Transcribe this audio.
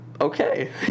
okay